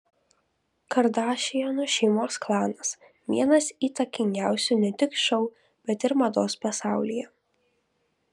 kardašianų šeimos klanas vienas įtakingiausių ne tik šou bet ir mados pasaulyje